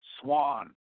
swan